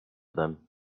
them